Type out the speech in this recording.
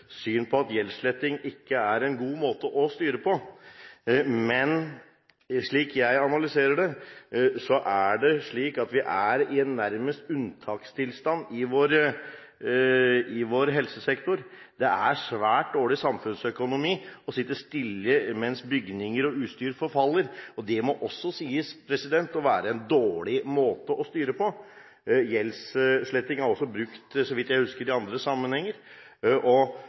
syn på at gjeldssletting ikke er en god måte å styre på. Men slik jeg analyserer det, har vi nærmest en unntakstilstand i vår helsesektor. Det er svært dårlig samfunnsøkonomi å sitte stille mens bygninger og utstyr forfaller, og det må også sies å være en dårlig måte å styre på. Gjeldssletting er også brukt, så vidt jeg husker, i andre sammenhenger.